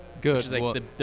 Good